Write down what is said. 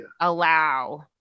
allow